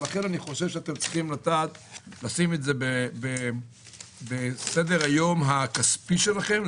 לכן אני חושב שאתם צריכים לשים את זה בסדר היום הכספי שלכם.